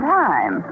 time